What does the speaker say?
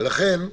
לכן,